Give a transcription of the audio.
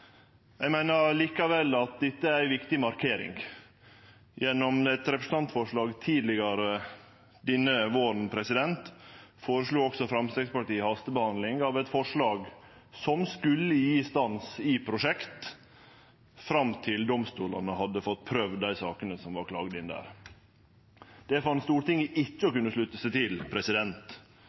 Eg meiner likevel at dette er ei viktig markering. I eit representantforslag tidlegare denne våren føreslo også Framstegspartiet hastebehandling av eit forslag som skulle gje stans i prosjekt fram til domstolane hadde fått prøvd dei sakene som var klaga inn der. Det fann Stortinget ikkje å kunne slutte seg til.